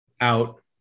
out